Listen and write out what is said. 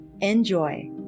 Enjoy